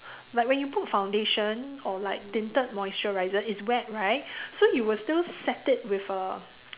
like when you put foundation or like tinted moisturiser it's wet right so you will still set it with a